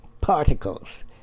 particles